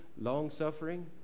long-suffering